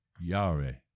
yare